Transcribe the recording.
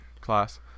class